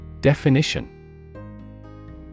Definition